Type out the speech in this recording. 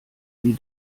sie